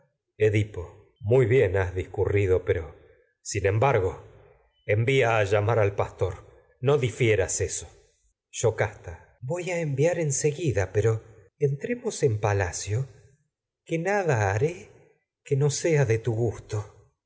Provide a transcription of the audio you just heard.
edipo muy bien has discurrido envía a pero sin embargo llamar al pastor no difieras esto a yocasta yoy que enviar en seguida no pero entremos en palacio nada haré que sea de tu gusto